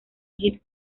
hit